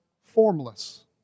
formless